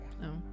No